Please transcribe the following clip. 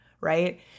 right